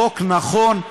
חוק נכון,